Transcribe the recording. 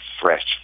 fresh